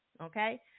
okay